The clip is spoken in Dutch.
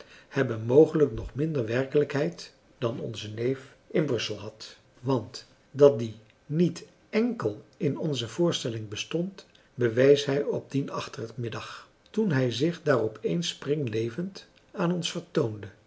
hebben mogelijk nog minder werkelijkheid dan onze neef in brussel had want dat die niet enkel in onze voorstelling bestond bewees hij op dien achtermiddag toen hij zich daar opeens springlevend aan ons vertoonde